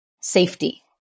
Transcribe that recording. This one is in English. safety